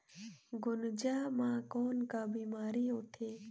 गुनजा मा कौन का बीमारी होथे?